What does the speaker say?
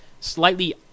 slightly